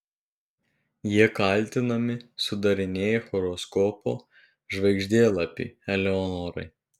jie kaltinami sudarinėję horoskopo žvaigždėlapį eleonorai